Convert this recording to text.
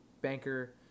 banker